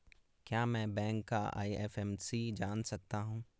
क्या मैं बैंक का आई.एफ.एम.सी जान सकता हूँ?